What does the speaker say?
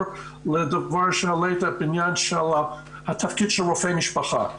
לדבר שהעלית בעניין של תפקיד רופא המשפחה.